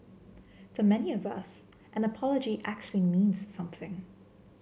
for many of us an apology actually means something